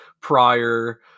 prior